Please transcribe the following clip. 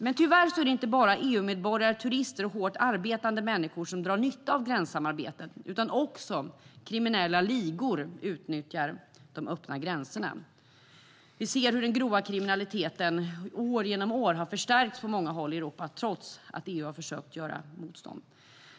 Men tyvärr är det inte bara EU-medborgare, turister och hårt arbetande människor som drar nytta av gränssamarbetet, utan också kriminella ligor utnyttjar de öppna gränserna. Vi ser hur den grova kriminaliteten år för år har förstärkts på många håll i Europa trots att EU har försökt att göra motstånd.